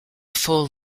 full